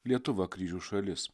lietuva kryžių šalis